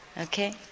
Okay